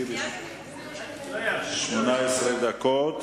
18 דקות.